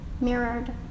mirrored